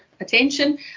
attention